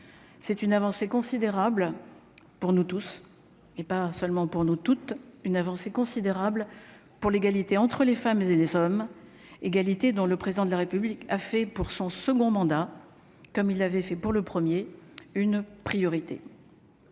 c'est une avancée considérable, pour nous tous et pas seulement pour nous toute une avancée considérable pour l'égalité entre les femmes et les hommes égalité dont le président de la République a fait pour son second mandat, comme il l'avait fait pour le premier, une priorité